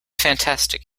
fantastic